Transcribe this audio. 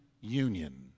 Union